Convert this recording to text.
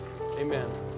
Amen